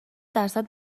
درصد